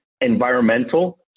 environmental